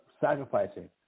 sacrificing